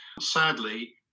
Sadly